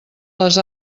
les